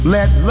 Let